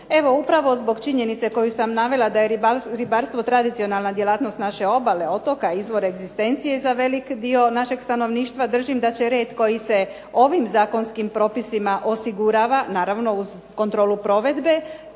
upravo zbog činjenice koju sam navela da je ribarstva tradicionalna djelatnost naše obale, otoka, izvor egzistencije za veliki dio našeg stanovništva, držim da će red koji se ovim zakonskim propisima osigurava, naravno uz kontrolu provedbe,